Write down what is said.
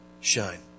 shine